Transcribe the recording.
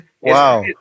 wow